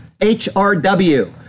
HRW